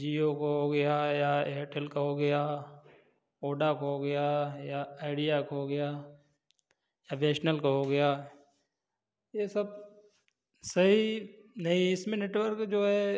जियो का हो गया या एयरटेल का हो गया ओडा का हो गया या आइडिया का हो गया या बीएसनेल का हो गया ये सब सही नहीं इसमें नेटवर्क जो है